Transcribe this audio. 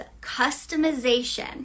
customization